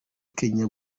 kenya